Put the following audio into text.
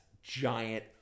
Giant